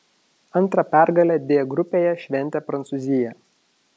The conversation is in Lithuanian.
antrą pergalę d grupėje šventė prancūzija